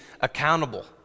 accountable